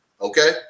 Okay